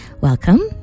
Welcome